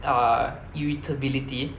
err irritability